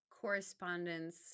correspondence